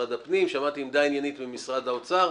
ממשרד הפנים, שמעתי עמדה עניינית ממשרד האוצר.